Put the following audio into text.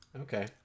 Okay